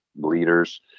leaders